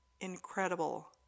incredible